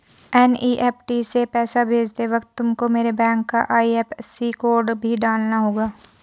NEFT से पैसा भेजते वक्त तुमको मेरे बैंक का आई.एफ.एस.सी कोड भी डालना होगा